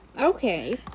Okay